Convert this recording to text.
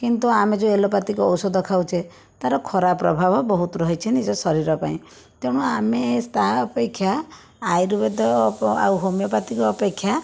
କିନ୍ତୁ ଆମେ ଯେଉଁ ଏଲୋପାଥିକ ଔଷଧ ଖାଉଛେ ତାର ଖରାପ ପ୍ରଭାବ ବହୁତ ରହିଛି ନିଜ ଶରୀର ପାଇଁ ତେଣୁ ଆମେ ତା ଅପେକ୍ଷା ଆୟୁର୍ବେଦ ଆଉ ହୋମିଓପାଥି ଅପେକ୍ଷା